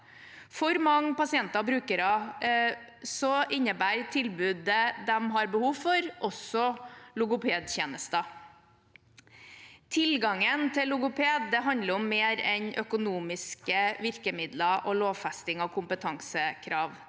For mange pasienter og brukere innebærer tilbudet de har behov for, også logopedtjenester. Tilgangen til logoped handler om mer enn økonomiske virkemidler og lovfesting av kompetansekrav.